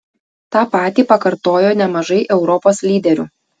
tą patį pakartojo nemažai europos lyderių